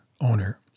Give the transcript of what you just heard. Owner